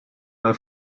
mal